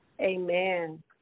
Amen